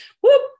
whoop